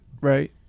right